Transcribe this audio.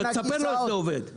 תספר לה איך זה עובד.